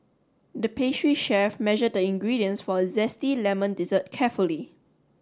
the pastry chef measured the ingredients for a zesty lemon dessert carefully